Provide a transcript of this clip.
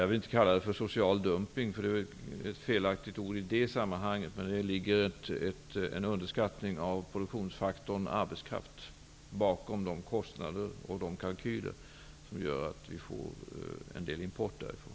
Jag vill inte kalla det för social dumpning, för det är ett felaktigt ord i det sammanhanget, men det ligger en underskattning av produktionsfaktorn arbetskraft bakom de kostnader och kalkyler som gör att vi importerar en del därifrån.